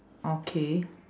okay